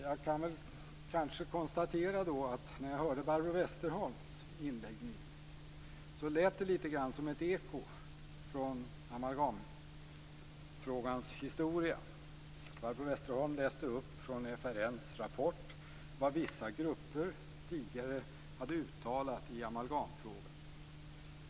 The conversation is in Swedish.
Jag kan konstatera att när jag hörde Barbro Westerholms inlägg lät det som ett eko från amalgamfrågans historia. Barbro Westerholm läste upp från FRN:s rapport vad vissa grupper tidigare hade uttalat i amalgamfrågan.